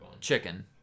Chicken